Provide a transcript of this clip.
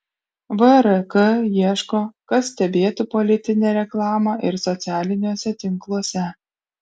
vrk ieško kas stebėtų politinę reklamą ir socialiniuose tinkluose